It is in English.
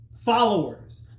Followers